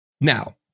Now